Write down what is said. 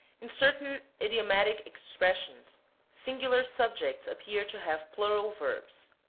in certain idiomatic expressions singular subjects appear to have plural verbs.